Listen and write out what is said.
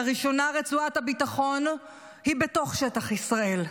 לראשונה רצועת הביטחון היא בתוך שטח ישראל,